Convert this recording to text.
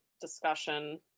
discussion